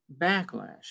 backlash